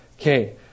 Okay